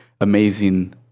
amazing